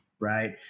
right